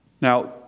Now